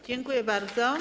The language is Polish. Dziękuję bardzo.